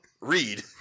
read